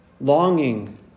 longing